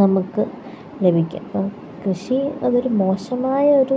നമുക്ക് ലഭിക്കും അപ്പോൾ കൃഷി അതൊരു മോശമായ ഒരു